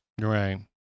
right